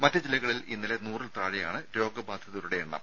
മറ്റു ജില്ലകളിൽ ഇന്നലെ നൂറിൽ താഴെയാണ് രോഗബാധിതരുടെ എണ്ണം